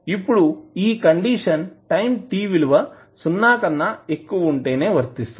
ఇప్పుడు ఈ condition time t విలువ సున్నా కన్నా ఎక్కువ ఉంటేనే వర్తిస్తుంది